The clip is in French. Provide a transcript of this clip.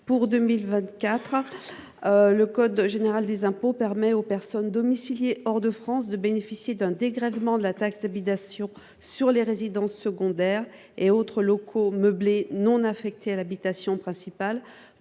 pour 2024, le code général des impôts permet aux personnes domiciliées hors de France de bénéficier d’un dégrèvement de la taxe d’habitation sur les résidences secondaires et autres locaux meublés non affectés à l’habitation principale